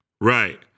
Right